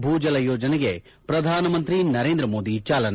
ಭೂ ಜಲ ಯೋಜನೆಗೆ ಪ್ರಧಾನಮಂತಿ ನರೇಂದ ಮೋದಿ ಚಾಲನೆ